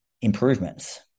improvements